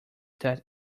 that